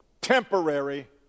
temporary